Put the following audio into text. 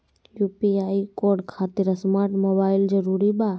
UPI code खातिर smart mobile जरूरी बा?